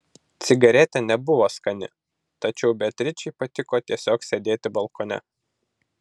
cigaretė nebuvo skani tačiau beatričei patiko tiesiog sėdėti balkone